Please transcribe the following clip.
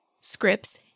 scripts